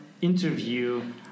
interview